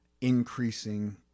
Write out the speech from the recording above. increasing